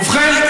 ובכן,